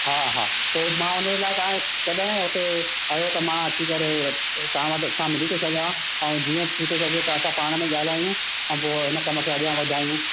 हा हा पोइ मां हुनजे लाइ तव्हां जे कॾहिं हुते आयो त मां अची करे तव्हां वटि तव्हां सां मिली थो सघां ऐं जीअं थी थो सघे त असां पाण में ॻाल्हायूं ऐं पोइ हिन कम खे अॻियां वधायूं